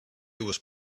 was